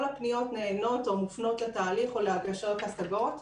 כל הפניות נענות או מופניות לתהליך או להגשת השגות.